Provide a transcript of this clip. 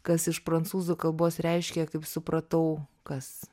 kas iš prancūzų kalbos reiškia kaip supratau kas